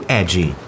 edgy